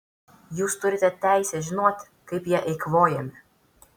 jūs turite teisę žinoti kaip jie eikvojami